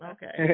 Okay